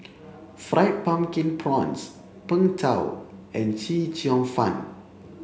fried pumpkin prawns Png Tao and Chee Cheong fun